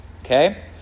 Okay